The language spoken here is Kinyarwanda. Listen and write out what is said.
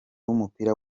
w’umupira